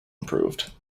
improved